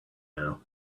now